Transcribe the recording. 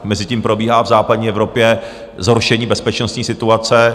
Mezitím probíhá v západní Evropě zhoršení bezpečnostní situace.